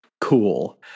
Cool